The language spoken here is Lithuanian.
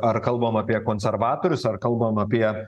ar kalbam apie konservatorius ar kalbam apie